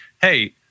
hey